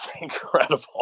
incredible